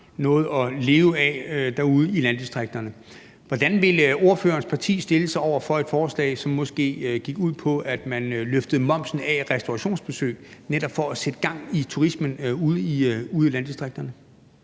noget at leve af derude i landdistrikterne. Hvordan ville ordførerens parti stille sig over for et forslag, som måske gik ud på, at man løftede momsen af restaurationsbesøg for netop at sætte gang i turismen ude i landdistrikterne?